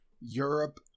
Europe